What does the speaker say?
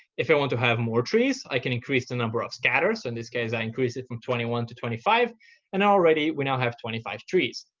if i want to have more trees, i can increase the number of scatterers. in this case, i increase it from twenty one to twenty five and already, we now have twenty five trees.